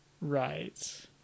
right